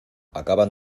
acaban